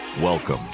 welcome